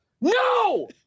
No